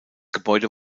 gebäude